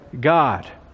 God